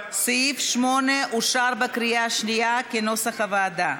סעיף 8 אושר בקריאה השנייה, כנוסח הוועדה.